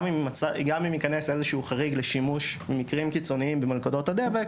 גם אם יכנס איזשהו חריג לשימוש במקרים קיצוניים במלכודות הדבק,